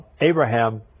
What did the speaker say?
Abraham